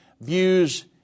views